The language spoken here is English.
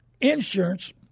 insurance